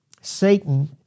Satan